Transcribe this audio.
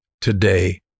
today